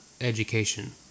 education